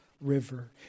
river